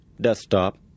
desktop